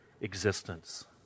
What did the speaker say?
existence